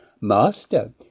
Master